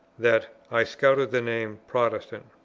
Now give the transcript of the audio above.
that i scouted the name protestant.